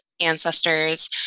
ancestors